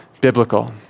biblical